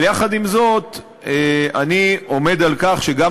אבל יחד עם זאת אני עומד על כך שגם